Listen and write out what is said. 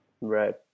Right